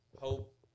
hope